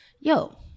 yo